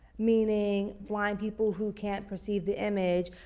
meaning blind people who can perceive the image,